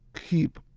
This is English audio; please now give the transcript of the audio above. keep